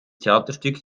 theaterstück